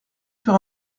sur